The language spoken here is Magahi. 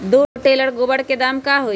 दो टेलर गोबर के दाम का होई?